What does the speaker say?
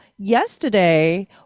Yesterday